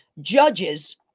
judges